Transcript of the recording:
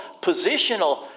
positional